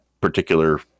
particular